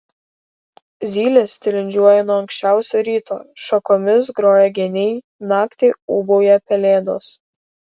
zylės tilindžiuoja nuo anksčiausio ryto šakomis groja geniai naktį ūbauja pelėdos